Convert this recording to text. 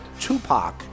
Tupac